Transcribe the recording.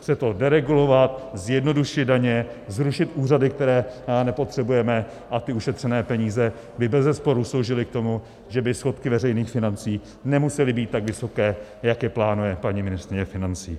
Chce to deregulovat, zjednodušit daně, zrušit úřady, které nepotřebujeme, a ty ušetřené peníze by bezesporu sloužily k tomu, že by schodky veřejných financí nemusely být tak vysoké, jak je plánuje paní ministryně financí.